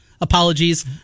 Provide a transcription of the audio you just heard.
Apologies